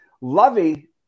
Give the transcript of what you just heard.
Lovey